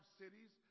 cities